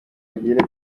bagere